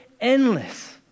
endless